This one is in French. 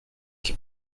qui